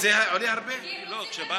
חמש דקות,